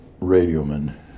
radioman